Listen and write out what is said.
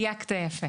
דייקת יפה.